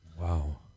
Wow